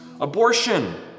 abortion